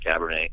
Cabernet